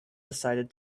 decided